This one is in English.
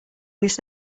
this